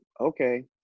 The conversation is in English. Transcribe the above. okay